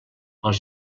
els